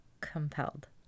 compelled